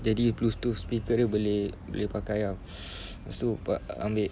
jadi bluetooth speaker dia boleh boleh pakai ah lepas tu ambil